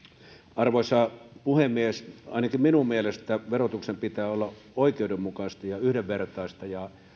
arvoisa puhemies ainakin minun mielestäni verotuksen pitää olla oikeudenmukaista ja yhdenvertaista ja kun